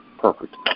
Perfect